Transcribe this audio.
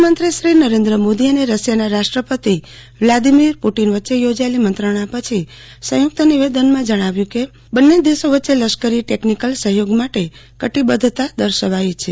પ્રધાનમંત્રી શ્રી નરેન્દ્ર મોદી અને રશિયાના રાષ્ટ્રપતિ વ્લાદીમીર પુટીન વચ્ચે યોજાયેલી મંત્રણા બાદ સંયુક્ત નિવેદન મુજબ બંને દેશો વચ્ચે લશ્કરી ટેકનીકલ સહયોગ માટે કટિબદ્ધતા દર્શાવવામાં આવી છે